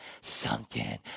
sunken